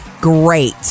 Great